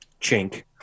chink